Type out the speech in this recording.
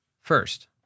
first